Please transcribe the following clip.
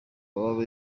baba